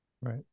right